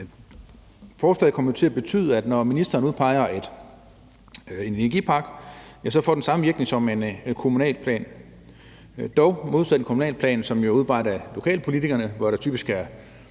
det. Forslaget kommer jo til at betyde, at når ministeren udpeger en energipark, så får det samme virkning som med en kommunalplan. Men modsat en kommunalplan, som jo er udarbejdet af lokalpolitikerne, hvor der typisk er